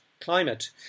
climate